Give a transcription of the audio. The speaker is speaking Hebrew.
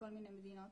מכל מיני מדינות,